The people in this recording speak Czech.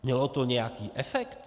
Mělo to nějaký efekt?